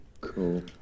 cool